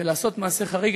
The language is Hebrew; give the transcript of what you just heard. ולעשות מעשה חריג,